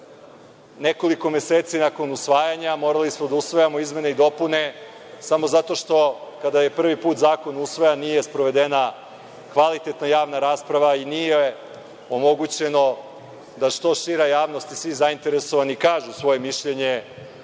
Nekoliko meseci nakon usvajanja morali smo da usvajamo izmene i dopune samo zato što kada je prvi put zakon usvojen nije sprovedena kvalitetna javna rasprava i nije omogućeno da što šira javnost i zainteresovani kažu svoje mišljenje